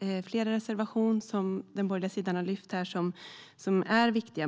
finns flera reservationer som den borgerliga sidan har lyft fram här och som är viktiga.